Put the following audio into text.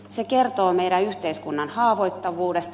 se kertoo meidän yhteiskunnan haavoittuvuudesta